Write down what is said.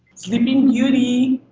sleeping beauty,